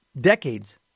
decades